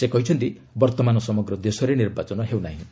ସେ କହିଛନ୍ତି ବର୍ତ୍ତମାନ ସମଗ୍ର ଦେଶରେ ନିର୍ବାଚନ ହେଉନାହିଁ